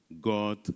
God